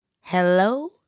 Hello